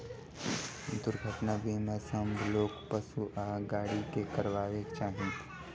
दुर्घटना बीमा सभ लोक, पशु आ गाड़ी के करयबाक चाही